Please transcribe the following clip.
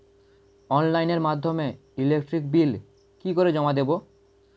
অনলাইনের মাধ্যমে electric bill কি করে জমা দেবো?